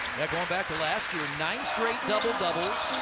going back to last year, nine straight double-doubles.